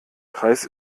kreis